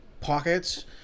pockets